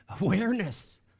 awareness